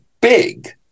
big